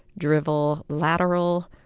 dribble, lateral,